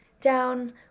down